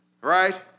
right